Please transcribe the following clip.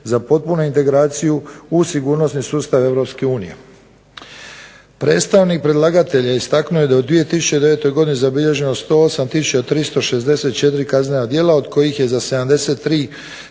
za potpunu integraciju u sigurnosne sustave